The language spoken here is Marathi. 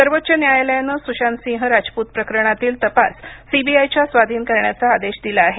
सर्वोच्च न्यायालयानं सुशांतसिंह राजपूत प्रकरणातील तपास सीबीआयच्या स्वाधीन करण्याचा आदेश दिला आहे